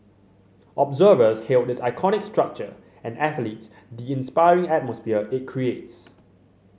observers hailed its iconic structure and athletes the inspiring atmosphere it creates